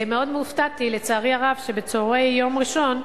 מאוד הופתעתי, לצערי הרב, שבצהרי יום ראשון,